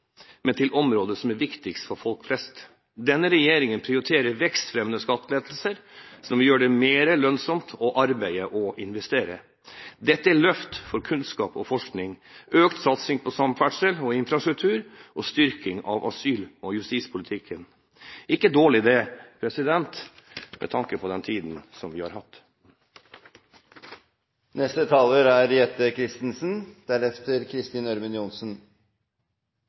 men til områder som er viktigst for folk flest. Denne regjeringen prioriterer vekstfremmende skattelettelser som vil gjøre det mer lønnsomt å arbeide og investere. Dette er et løft for kunnskap og forskning, en økt satsing på samferdsel og infrastruktur og en styrking av asyl- og justispolitikken – ikke dårlig, med tanke på den tiden som vi har hatt. Etter ordene som er